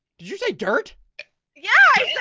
you say dirt yeah? yeah,